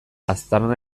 aztarna